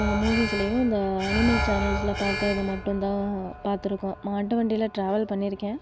மூவிஸ்லயும் இந்த அணிமல்ஸ் சேனல்ஸில் பார்க்குறது மட்டுந்தான் பார்த்துருக்கோம் மாட்டு வண்டியில ட்ராவல் பண்ணியிருக்கேன்